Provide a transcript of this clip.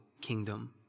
kingdom